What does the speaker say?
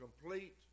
complete